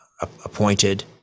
appointed